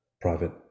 private